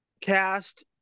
cast